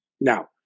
Now